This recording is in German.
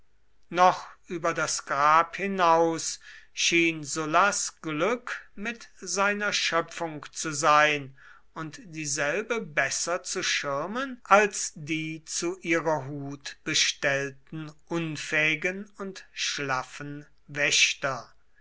noch über das grab hinaus schien sullas glück mit seiner schöpfung zu sein und dieselbe besser zu schirmen als die zu ihrer hut bestellten unfähigen und schlaffen wächter